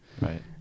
right